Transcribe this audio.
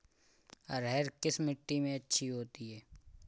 अरहर किस मिट्टी में अच्छी होती है?